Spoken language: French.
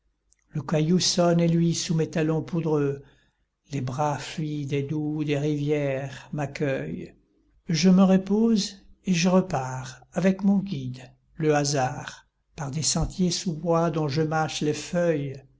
le caillou sonne et luit sous mes talons poudreux les bras fluides et doux des rivières m'accueillent je me repose et je repars avec mon guide le hasard par des sentiers sous bois dont je mâche les feuilles